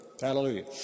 Hallelujah